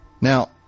Now